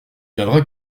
viendra